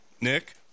nick